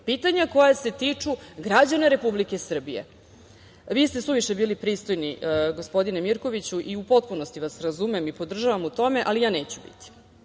Pitanja koja se tiču građana Republike Srbije. Vi ste suviše bili pristojni, gospodine Mirkoviću, i u potpunosti vas razumem i podržavam u tome, ali ja neću biti.